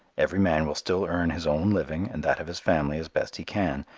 every man will still earn his own living and that of his family as best he can,